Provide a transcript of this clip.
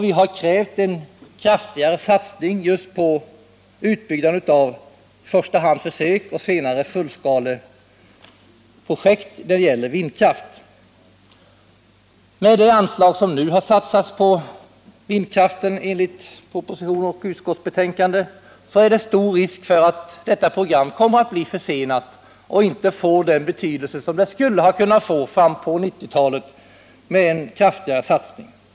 Vi har krävt en kraftigare satsning just på utbyggnaden av i första hand försök och senare fullskaleprojekt med vindkraften. Med de anslag som nu satsats på vindkraften enligt propositionen och utskottsbetänkandet föreligger stor risk för att detta program kommer att bli försenat och inte få den betydelse som det med en kraftigare satsning skulle ha kunnat få fram till 1990-talet.